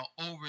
over